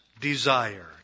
desire